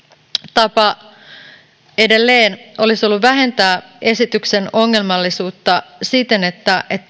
tapa edelleen vähentää esityksen ongelmallisuutta olisi ollut se että